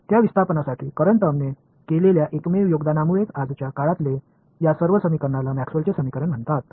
त्या विस्थापनासाठी करंट टर्मने केलेल्या एकमेव योगदानामुळेच आजच्या काळातले या सर्व समीकरणाला मॅक्सवेलचे समीकरण म्हणतात